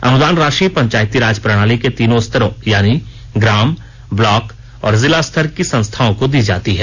अनुदान राशि पंचायती राज प्रणाली के तीनों स्तरों यानी ग्राम ब्लॉक और जिला स्तर की संस्थांओं को दी जाती है